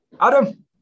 Adam